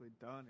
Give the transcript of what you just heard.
done